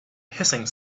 hissing